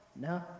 No